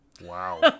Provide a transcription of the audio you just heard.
Wow